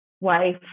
wife